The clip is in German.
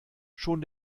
schon